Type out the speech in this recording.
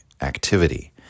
activity